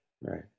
right